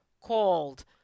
called